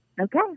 okay